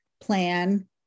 plan